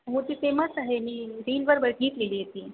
हो ती फेमस आहे मी रीलवर बघितलेली ती